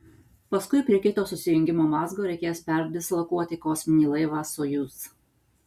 paskui prie kito susijungimo mazgo reikės perdislokuoti kosminį laivą sojuz